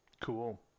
cool